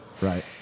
right